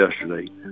yesterday